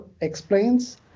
explains